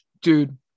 dude